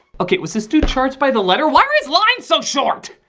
okay, was this dude charged by the letter? why are his lines so short?